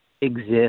exist